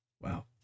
Wow